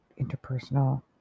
interpersonal